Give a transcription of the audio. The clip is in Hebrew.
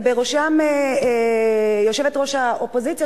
ובראשם יושבת-ראש האופוזיציה,